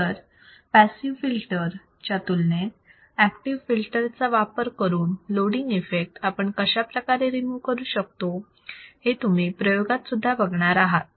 तर passive filter च्या तुलनेत ऍक्टिव्ह फिल्टर चा वापर करून लोडींग इफेक्ट आपण कशाप्रकारे रिमू करू शकतो हे तुम्ही प्रयोगात सुद्धा बघणार आहात